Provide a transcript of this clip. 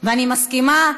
ואני מסכימה,